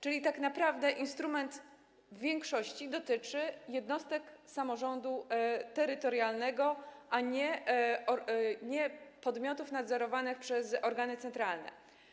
Czyli tak naprawdę instrument w większości dotyczy jednostek samorządu terytorialnego, a nie podmiotów nadzorowanych przez organy centralne.